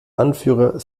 anführer